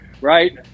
right